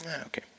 okay